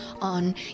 on